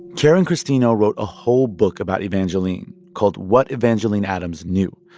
karen christino wrote a whole book about evangeline called what evangeline adams knew.